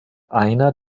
einer